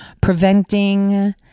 preventing